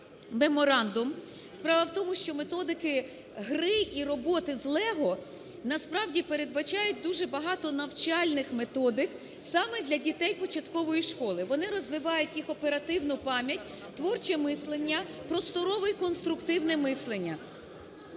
меморандум. Справа в тому, що методики гри і роботи з Lego насправді передбачають дуже багато навчальних методик саме для дітей початкової школи. Вони розвивають їх оперативну пам'ять, творче мислення, просторове і конструктивне мислення.